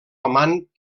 amant